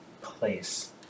place